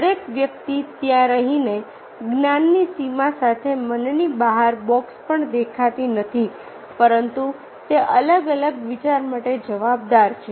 દરેક વ્યક્તિ ત્યાં રહીને જ્ઞાનની સીમા સાથે મનની બહાર બોક્સ પણ દેખાતી નથી પરંતુ તે અલગ અલગ વિચાર માટે જવાબદાર છે